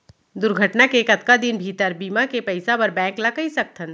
दुर्घटना के कतका दिन भीतर बीमा के पइसा बर बैंक ल कई सकथन?